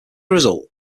result